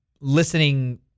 listening